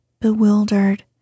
bewildered